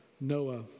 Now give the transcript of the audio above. Noah